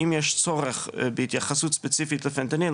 האם יש צורך בהתייחסות ספציפית לפנטניל,